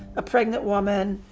a pregnant woman,